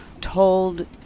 told